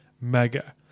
mega